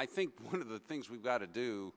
i think one of the things we've got to do